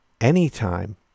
Anytime